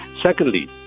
Secondly